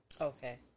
Okay